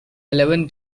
eleven